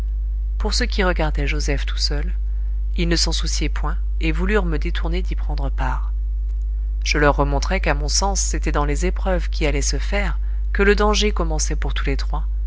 pour ce qui regardait joseph tout seul ils ne s'en souciaient point et voulurent me détourner d'y prendre part je leur remontrai qu'à mon sens c'était dans les épreuves qui allaient se faire que le danger commençait pour tous les trois